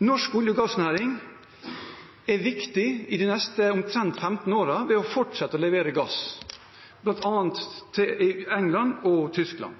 Norsk olje- og gassnæring er viktig i de neste omtrent 15 årene ved å fortsette å levere gass bl.a. til England og Tyskland.